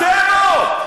אבל אתם לא.